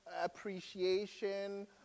appreciation